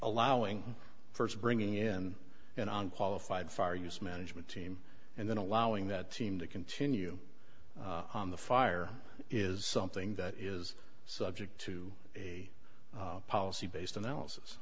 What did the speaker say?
allowing for bringing in an unqualified fire use management team and then allowing that team to continue on the fire is something that is so object to the policy based analysis